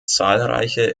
zahlreiche